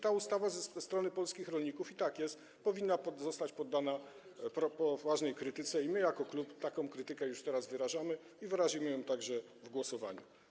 Ta ustawa ze strony polskich rolników - i tak jest - powinna zostać poddana poważnej krytyce i my jako klub taką krytykę już teraz wyrażamy i wyrazimy ją także w głosowaniu.